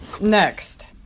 next